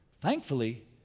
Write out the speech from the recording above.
Thankfully